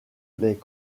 les